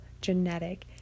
genetic